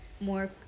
more